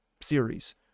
series